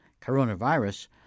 coronavirus